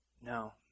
No